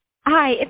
Hi